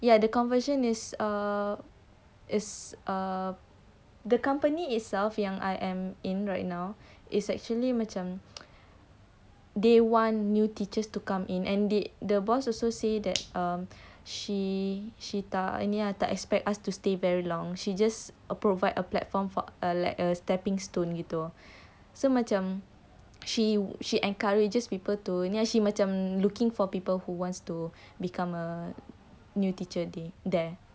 ya the conversion is err is err the company itself yang I am in right now is actually macam they want they want new teachers to come in and it the boss also say that um she tak ini ah tak expect us to stay very long she just uh provide a platform for a like a stepping stone gitu so macam she she encourages people to ya she macam looking for people who wants to become a new teacher there